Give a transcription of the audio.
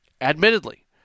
admittedly